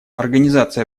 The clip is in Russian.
организация